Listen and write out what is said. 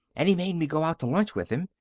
and he made me go out to lunch with him.